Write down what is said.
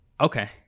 okay